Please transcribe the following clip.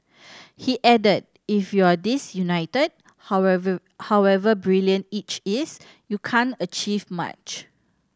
he added If you're disunited however however brilliant each is you can't achieve much